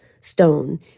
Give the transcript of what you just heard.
stone